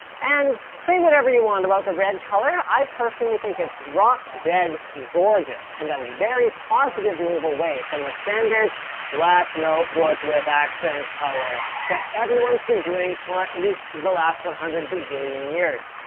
and say whatever you want about the red colour, i personally think it's drop dead gorgeous and a very positive move away from the standard black notebook with accent colour that everyone's been doing for at least the last one hundred bazillion years.